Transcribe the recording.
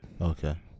Okay